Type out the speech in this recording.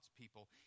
people